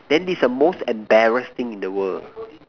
then this a most embarrass thing in the world